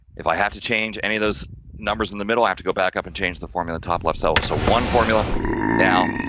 if i have to change any of those numbers in the middle, i have to go back up and change the formula top left cell. so, one formula now,